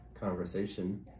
conversation